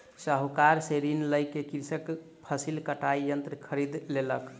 साहूकार से ऋण लय क कृषक फसिल कटाई यंत्र खरीद लेलक